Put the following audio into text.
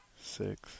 six